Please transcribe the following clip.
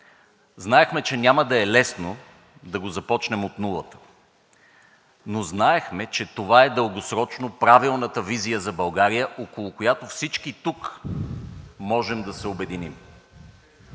Знаехме, че няма да е лесно да го започнем от нулата, но знаехме, че това е дългосрочно правилната визия за България, около която всички тук можем да се обединим.